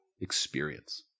experience